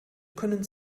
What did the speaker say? können